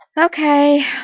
okay